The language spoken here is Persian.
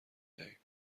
دهیم